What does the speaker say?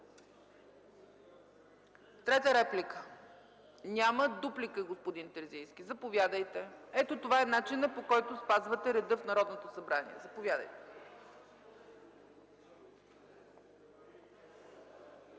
Трета реплика – няма. Дуплика – господин Терзийски, заповядайте. Ето това е начинът, по който спазвате реда в Народното събрание. Заповядайте.